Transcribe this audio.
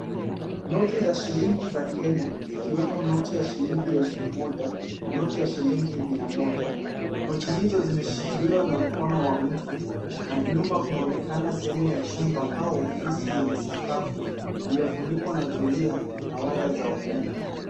Noti za shilingi za Kenya zikiwemo noti ya shilingi elfu moja na noti ya shilingi mia moja. Noti hizo zimeshikiliwa na mkono wa mtu na nyuma kunaonekana sehemu ya chumba au ofisi yenye sakafu iliyofunikwa na zulia na waya za umeme.